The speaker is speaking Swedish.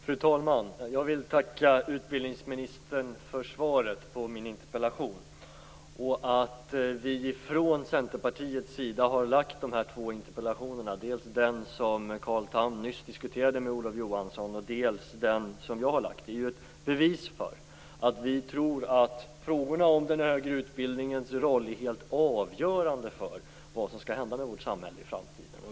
Fru talman! Jag vill tacka utbildningsministern för svaret på min interpellation. Att vi i Centerpartiet har lagt fram de här två interpellationerna - dels den som Carl Tham nyss diskuterade med Olof Johansson, dels den som jag har lagt fram - är ju ett bevis för att vi tror att frågorna om den högre utbildningens roll är helt avgörande för vad som skall hända med vårt samhälle i framtiden.